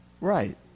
Right